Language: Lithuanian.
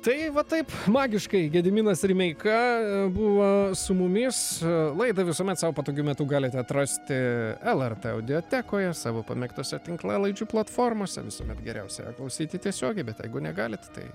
tai va taip magiškai gediminas rimeika buvo su mumis laidą visuomet sau patogiu metu galite atrasti lrt audiotekoje savo pamėgtose tinklalaidžių platformose visuomet geriausia yra klausyti tiesiogiai bet jeigu negalit tai